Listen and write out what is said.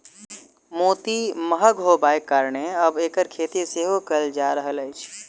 मोती महग होयबाक कारणेँ आब एकर खेती सेहो कयल जा रहल अछि